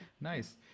Nice